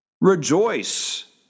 Rejoice